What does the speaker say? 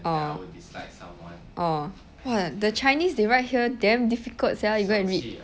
orh orh !wah! the chinese they write here damn difficult sia even I read